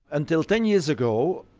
until ten years ago,